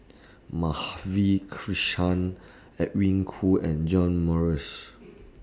Madhavi Krishnan Edwin Koo and John Morrice